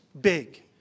big